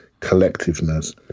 collectiveness